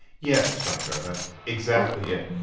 yes, shankar, that's exactly it.